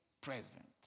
present